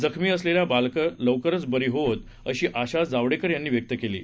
जखमी असलेली बालकं लवकर बरी होवोत अशी आशा जावडेकर यांनी व्यक्त केली आहे